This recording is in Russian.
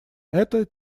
это